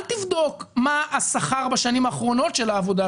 אל תבדוק מה השכר בשנים האחרונות של העובדה